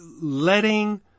letting